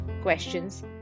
questions